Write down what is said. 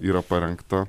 yra parengta